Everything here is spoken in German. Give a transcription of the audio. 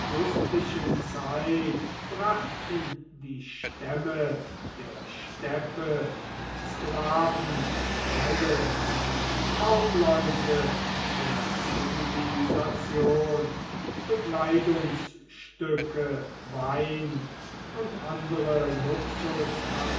zeit brachten die stämme der steppe sklaven und felle die kaufleute der zivilisation bekleidungsstücke wein und andere